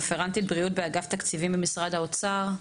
רפרנטית בריאות באגף תקציבים של משרד האוצר.